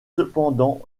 cependant